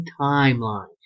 timeline